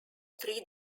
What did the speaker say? three